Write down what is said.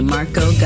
Marco